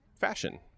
Fashion